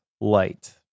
light